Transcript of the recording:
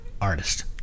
artist